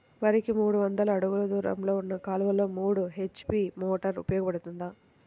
వరికి మూడు వందల అడుగులు దూరంలో ఉన్న కాలువలో మూడు హెచ్.పీ మోటార్ ఉపయోగపడుతుందా?